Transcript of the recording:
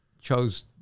chose